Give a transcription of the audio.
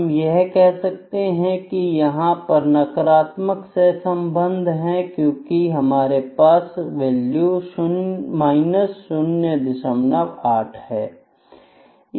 हम यह कह सकते हैं कि यहां पर नकारात्मक सहसंबंध है क्योंकि हमारे पास वैल्यू 08 है